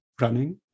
running